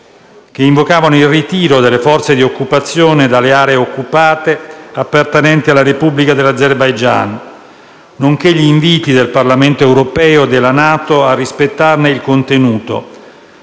che invocavano il ritiro delle forze di occupazione dalle aree occupate appartenenti alla Repubblica dell’Azerbaijan, nonche´ gli inviti del Parlamento europeo e della NATO a rispettarne il contenuto: